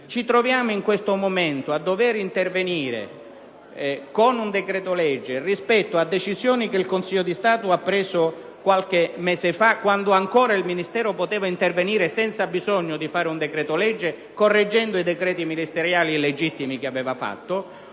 Ci troviamo in questo momento a dover intervenire con un decreto-legge rispetto a una decisione che il Consiglio di Stato ha assunto qualche mese fa, quando ancora il Ministero poteva intervenire senza bisogno di emanare un decreto-legge, correggendo i decreti ministeriali legittimi che aveva emesso.